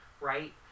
Right